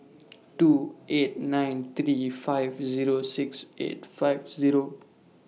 two eight nine three five Zero six eight five Zero